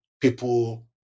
people